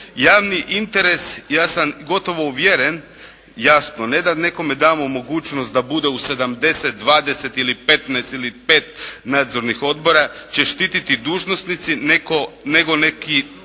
Javni interes, ja sam gotovo uvjeren, jasno ne da nekome damo mogućnost da bude u 70, 20 ili 15 ili 5 nadzornih odbora će štititi dužnosnici nego neki